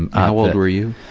and how old were you?